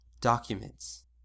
documents